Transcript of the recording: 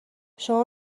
شما